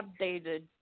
updated